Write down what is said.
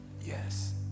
Yes